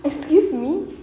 excuse me